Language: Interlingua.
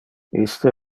iste